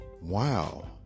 wow